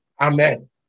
Amen